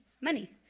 money